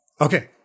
okay